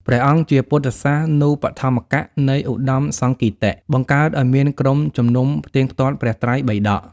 ព្រះអង្គ ជាពុទ្ធសាសនូបត្ថម្ភកៈនៃឧត្តមសង្គីតិ បង្កើតឱ្យមានក្រុមជំនុំផ្ទៀងផ្ទាត់ព្រះត្រៃបិដក ។